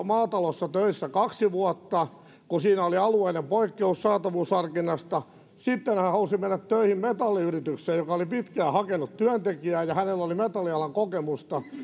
maatalossa töissä kaksi vuotta kun siinä oli alueellinen poikkeus saatavuusharkinnasta ja sitten hän halusi mennä töihin metalliyritykseen joka oli pitkään hakenut työntekijää ja hänellä oli metallialan kokemusta